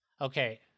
okay